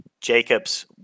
Jacobs